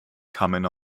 coming